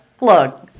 Look